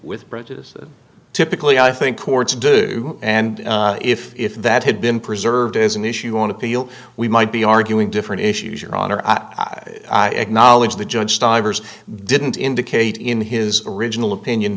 with prejudice typically i think courts do and if if that had been preserved as an issue on appeal we might be arguing different issues your honor i acknowledge the judge stivers didn't indicate in his original opinion